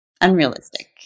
Unrealistic